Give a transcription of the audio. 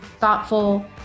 thoughtful